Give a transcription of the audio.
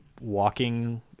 walking